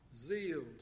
zeal